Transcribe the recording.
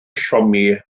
somi